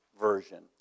version